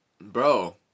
Bro